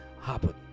happen